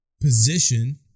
position